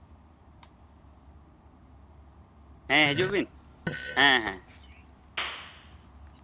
ᱦᱮᱸ ᱦᱤᱡᱩᱜ ᱵᱤᱱ ᱦᱮᱸ ᱦᱮᱸ